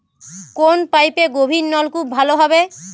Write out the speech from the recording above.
কোন পাইপে গভিরনলকুপ ভালো হবে?